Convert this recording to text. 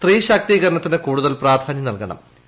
സ്ത്രീ ശാക്തീകരണത്തിന് കൂടുതൽ പ്രാധാന്യം നൽക്ടുണ്ടും